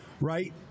right